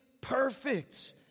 perfect